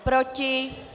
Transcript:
Proti?